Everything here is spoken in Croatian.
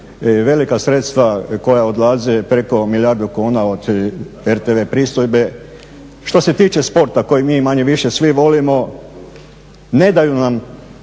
Velika sredstva koja odlaze preko milijardu kuna od RTV pristojbe. Što se tiče sporta kojeg mi manje-više svi volimo ne daju nam